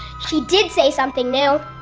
she did say something new.